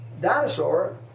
dinosaur